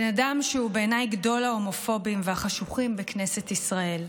בן אדם שהוא בעיניי גדול ההומופובים והחשוכים בכנסת ישראל,